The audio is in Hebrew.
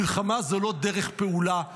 מלחמה זה לא דרך הפעולה היחידה.